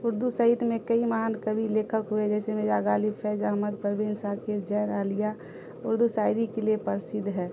اردو سہت میں کئی مہان کوی لیکھک ہوئے جیسے مرزا غالب فیض احمد پروین شاکر جون عالیہ اردو شاعری کے لیے پرسدھ ہے